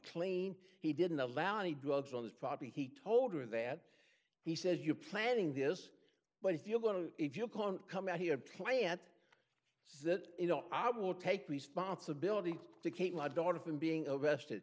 clean he didn't allow any drugs on his property he told her that he says you planning this but if you're going to if you can't come out here play at zit i will take responsibility to keep my daughter from being arrested